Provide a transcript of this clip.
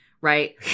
right